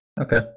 Okay